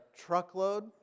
truckload